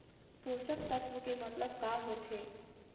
पोषक तत्व के मतलब का होथे?